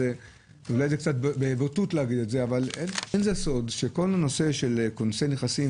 אולי בוטות לומר את זה אך אין זה סוד שכל הנושא של כונסי נכסים,